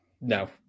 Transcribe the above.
no